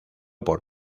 por